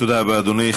תודה רבה, אדוני.